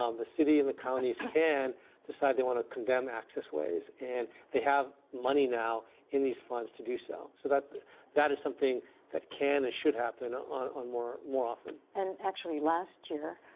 um the city and the counties can decide they want to condemn access ways. and they have money now in these funds to do so. so that that is something that can and should happen on on more more often. and actually, last year,